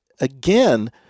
again